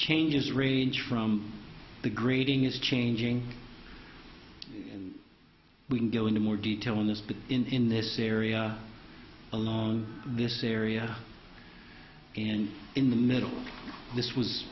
changes range from the grading is changing and we can go into more detail on this but in this area alone this area and in the middle this was